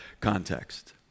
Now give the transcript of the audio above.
context